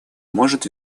может